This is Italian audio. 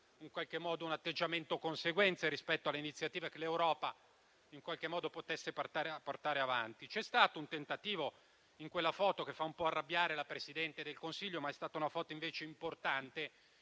non c'è stato un atteggiamento conseguente rispetto alle iniziative che l'Europa avrebbe potuto portare avanti. C'è stato un tentativo in quella foto che fa un po' arrabbiare la Presidente del Consiglio, ma è stata una foto importante,